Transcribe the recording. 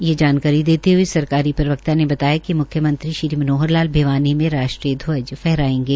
ये जानकारी देते हये सरकारी प्रवक्ता ने बताया कि मुख्यमंत्री श्री मनोहर लाल भिवानी में राष्ट्रीय ध्वज फहराएंगे